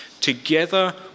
together